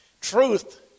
Truth